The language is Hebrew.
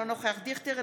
אינו נוכח אבי דיכטר,